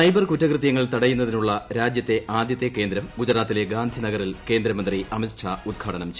cyber കുറ്റകൃതൃങ്ങൾ ത്ടയ്യുന്നതിനുള്ള രാജ്യത്തെ ആദ്യത്തെ കേന്ദ്രം ഗുജറാത്തിലെ ഗാന്ധി നഗറിൽ കേന്ദ്രമന്ത്രി അമിത്ഷാർഉദ്ഘാടനം ചെയ്തു